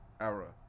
era